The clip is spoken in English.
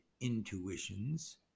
intuitions